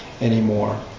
anymore